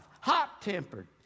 hot-tempered